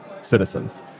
citizens